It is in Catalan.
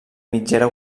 mitgera